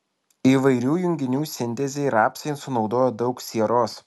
įvairių junginių sintezei rapsai sunaudoja daug sieros